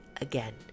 again